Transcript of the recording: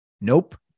Nope